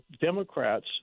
Democrats